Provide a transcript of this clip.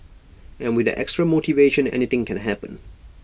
and with that extra motivation anything can happen